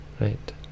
Right